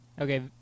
Okay